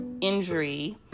injury